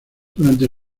durante